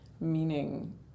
meaning